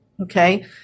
Okay